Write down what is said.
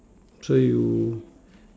so you